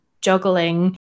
juggling